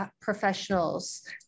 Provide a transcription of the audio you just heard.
professionals